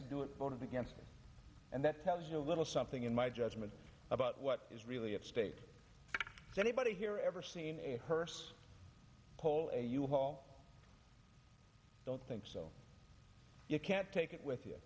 to do it voted against it and that tells you a little something in my judgment about what is really at stake is anybody here ever seen a hearse pull a u haul i don't think so you can't take it with you